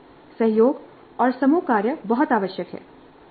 सहयोग और समूह कार्य बहुत आवश्यक है